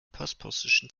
postpostischen